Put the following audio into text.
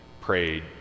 prayed